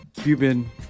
Cuban